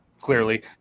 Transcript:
Clearly